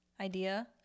idea